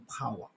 power